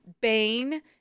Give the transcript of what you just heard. Bane